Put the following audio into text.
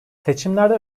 seçimlerde